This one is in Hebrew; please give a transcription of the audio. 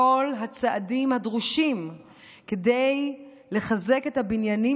כל הצעדים הדרושים כדי לחזק את הבניינים,